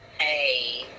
Hey